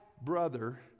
brother